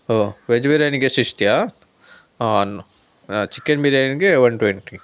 ಓಹ್ veg ಬಿರಿಯಾನಿಗೆ ಶಿಶ್ಟಿಯಾ oh chicken ಬಿರಿಯಾನಿಗೆ ಒನ್ ಟ್ವೆಂಟಿ